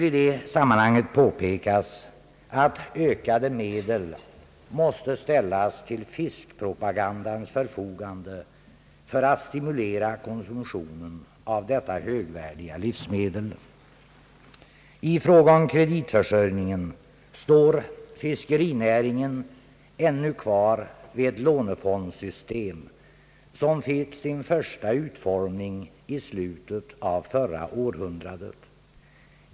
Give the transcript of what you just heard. I det sammanhanget bör påpekas att ökade medel måste ställas till fiskpropagandans förfogande för att stimulera konsumtionen av detta högvärdiga livsmedel. I fråga om kreditförsörjningen står fiskerinäringen ännu kvar vid ett lånefondssystem som fick sin första utformning i slutet av förra århundradet.